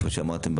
כפי שאמרתם,